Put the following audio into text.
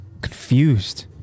confused